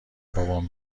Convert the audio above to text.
بابام